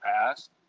past